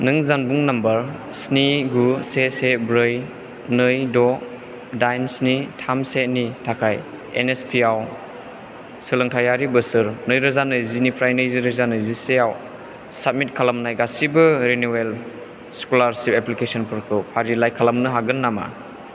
नों जानबुं नाम्बार स्नि गु से से ब्रै नै द' दाइन स्नि थाम सेनि थाखाय एनएसपिआव सोलोंथायारि बोसोर नैरोजा नैजिनिफ्राय नैरोजा नैजिसेआव साबमिट खालामनाय गासैबो रिनिउवेल स्क'लारशिप एप्लिकेसनफोरखौ फारिलाइ खालामनो हागोन नामा